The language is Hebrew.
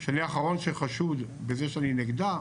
שאני האחרון שחשוד בזה שאני נגדה,